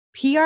PR